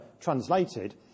translated